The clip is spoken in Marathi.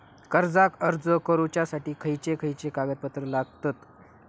कर्जाक अर्ज करुच्यासाठी खयचे खयचे कागदपत्र लागतत